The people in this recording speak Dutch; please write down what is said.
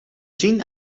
zien